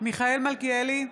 מיכאל מלכיאלי,